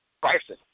Bryson